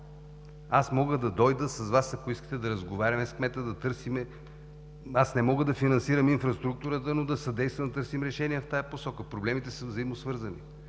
Аз мога да дойда и с Вас да разговаряме с кмета, да търсим начини. Не мога да финансирам инфраструктурата, но мога да съдействам да търсим решения в тази посока. Проблемите са взаимно свързани.